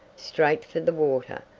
straight for the water.